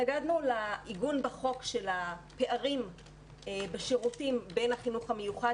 התנגדנו לעיגון בחוק של הפערים בשירותים בין החינוך המיוחד